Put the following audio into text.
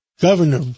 Governor